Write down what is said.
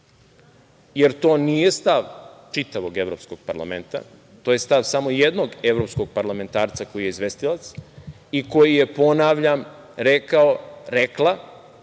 To nije stav čitavog Evropskog parlamenta, to je stav samo jednog evropskog parlamentarca koji je izvestilac i koji je, ponavljam, rekla,